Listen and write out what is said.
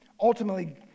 Ultimately